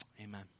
amen